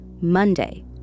Monday